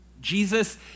Jesus